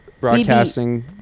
Broadcasting